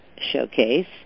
Showcase